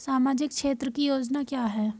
सामाजिक क्षेत्र की योजना क्या है?